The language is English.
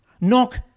Knock